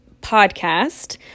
podcast